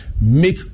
Make